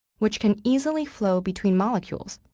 which can easily flow between molecules.